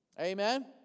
Amen